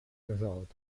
result